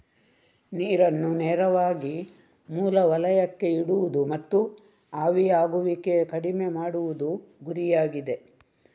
ನೀರನ್ನು ನೇರವಾಗಿ ಮೂಲ ವಲಯಕ್ಕೆ ಇಡುವುದು ಮತ್ತು ಆವಿಯಾಗುವಿಕೆ ಕಡಿಮೆ ಮಾಡುವುದು ಗುರಿಯಾಗಿದೆ